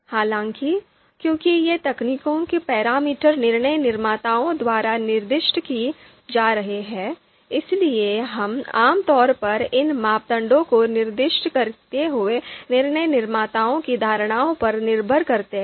हालाँकि क्योंकि ये तकनीकी पैरामीटर निर्णय निर्माताओं द्वारा निर्दिष्ट किए जा रहे हैं इसलिए हम आम तौर पर इन मापदंडों को निर्दिष्ट करते हुए निर्णय निर्माताओं की धारणाओं पर निर्भर करते हैं